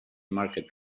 market